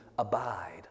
abide